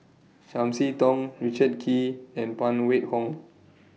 Chiam See Tong Richard Kee and Phan Wait Hong